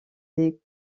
des